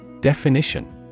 Definition